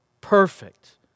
perfect